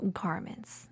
garments